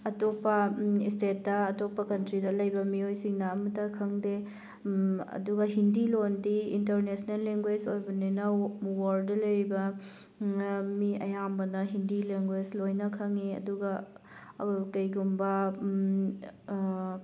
ꯑꯇꯣꯞꯄ ꯏꯁꯇꯦꯠꯇ ꯑꯇꯣꯞꯄ ꯀꯟꯇ꯭ꯔꯤꯗ ꯂꯩꯕ ꯃꯤꯑꯣꯏꯁꯤꯡꯅ ꯑꯃꯠꯇ ꯈꯪꯗꯦ ꯑꯗꯨꯒ ꯍꯤꯟꯗꯤ ꯂꯣꯟꯗꯤ ꯏꯟꯇꯔꯅꯦꯁꯅꯦꯜ ꯂꯦꯡꯒ꯭ꯋꯦꯖ ꯑꯣꯏꯕꯅꯤꯅ ꯋꯥꯔꯜꯗ ꯂꯩꯔꯤꯕ ꯃꯤ ꯑꯌꯥꯝꯕꯅ ꯍꯤꯟꯗꯤ ꯂꯦꯡꯒ꯭ꯋꯦꯖ ꯂꯣꯏꯅ ꯈꯪꯉꯤ ꯑꯗꯨꯒ ꯀꯩꯒꯨꯝꯕ